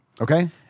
Okay